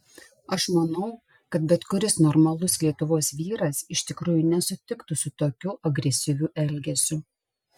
aš manau kad bet kuris normalus lietuvos vyras iš tikrųjų nesutiktų su tokiu agresyviu elgesiu